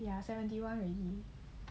ya seventy one already